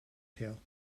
pail